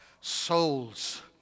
souls